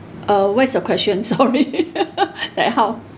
uh what is your question sorry like how